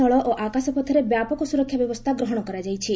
ଜଳ ସ୍ଥଳ ଓ ଆକାଶ ପଥରେ ବ୍ୟାପକ ସୁରକ୍ଷା ବ୍ୟବସ୍ଚା ଗ୍ରହଶ କରାଯାଇଛି